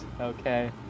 okay